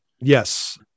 Yes